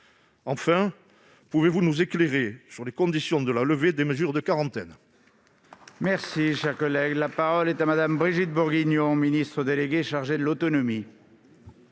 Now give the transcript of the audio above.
Enfin, pouvez-vous nous éclairer sur les conditions de la levée des mesures de quarantaine ?